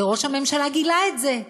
וראש הממשלה גילה את זה,